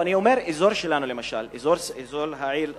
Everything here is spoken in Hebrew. אני אומר, באזור שלנו למשל, אזור העיר סח'נין,